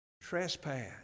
trespass